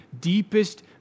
deepest